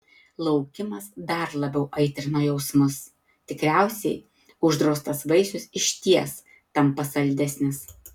laukimas dar labiau aitrino jausmus tikriausiai uždraustas vaisius išties tampa saldesnis